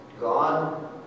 God